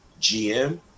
gm